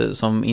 som